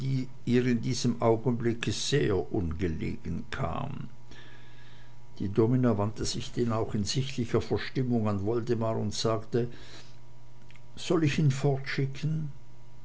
in diesem augenblicke sehr ungelegen kam die domina wandte sich denn auch in sichtlicher verstimmung an woldemar und sagte soll ich ihn fortschicken